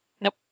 Nope